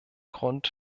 grund